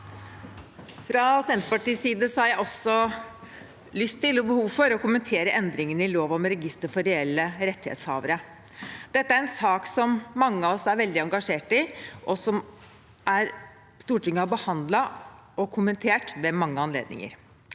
Fra Sen- terpartiets side har jeg også lyst til og behov for å kommentere endringene i lov om register for reelle rettighetshavere. Dette er en sak mange av oss er veldig engasjert i, og som Stortinget har behandlet og kommentert ved mange anledninger.